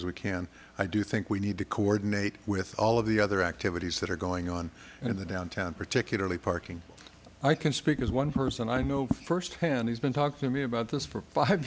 as we can i do think we need to coordinate with all of the other activities that are going on in the downtown particularly parking i can speak as one person i know firsthand has been talking to me about this for five